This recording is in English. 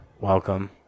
welcome